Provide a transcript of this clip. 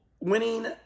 winning